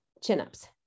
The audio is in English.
chin-ups